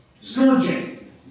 Scourging